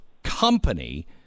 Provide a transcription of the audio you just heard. company